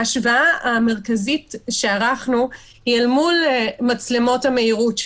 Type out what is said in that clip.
ההשוואה המרכזית שערכנו היא אל מול מצלמות המהירות,